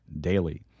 daily